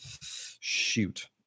shoot